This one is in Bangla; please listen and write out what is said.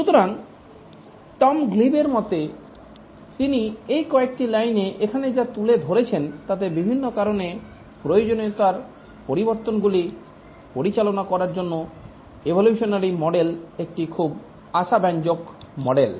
সুতরাং টম গ্লিবের মতে তিনি এই কয়েকটি লাইনে এখানে যা তুলে ধরেছেন তাতে বিভিন্ন কারণে প্রয়োজনীয়তার পরিবর্তনগুলি পরিচালনা করার জন্য এভোলিউশনারী মডেল একটি খুব আশাব্যঞ্জক মডেল